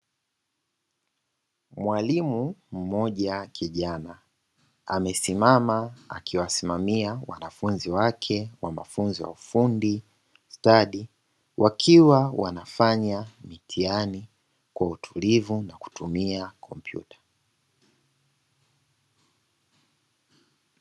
Mwalimu mmoja kijana amesimama akiwasimamia wanafunzi wa mafunzo ya ufundi stadi, wakiwa wanafanya mitihani kwa utulivu na kutumia kompyuta.